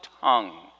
tongue